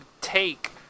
take